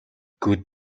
good